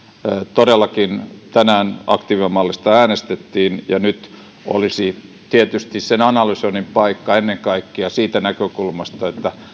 tänään todellakin aktiivimallista äänestettiin ja nyt olisi tietysti sen analysoinnin paikka ennen kaikkea siitä näkökulmasta